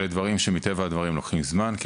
אלה דברים שמטבע הדברים לוקחים זמן כי